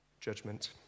judgment